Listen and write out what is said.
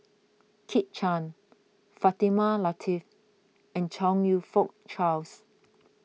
Kit Chan Fatimah Lateef and Chong You Fook Charles